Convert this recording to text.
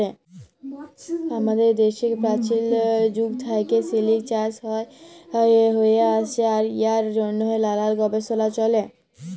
আমাদের দ্যাশে পাচীল যুগ থ্যাইকে সিলিক চাষ হ্যঁয়ে আইসছে আর ইয়ার জ্যনহে লালাল গবেষলা চ্যলে